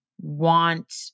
want